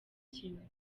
kimwe